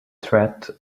threat